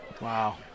Wow